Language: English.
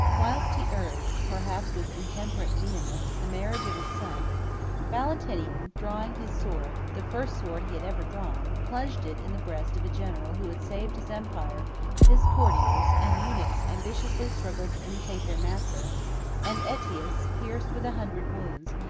whilst he urged, perhaps with intemperate vehemence, the marriage of his son valentinian, drawing his sword, the first sword he had ever drawn, plunged it in the breast of a general who had saved his empire his courtiers and eunuchs ambitiously struggled to imitate their master and aetius, pierced with a hundred wounds,